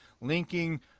linking